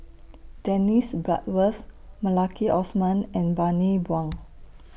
Dennis Bloodworth Maliki Osman and Bani Buang